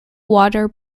water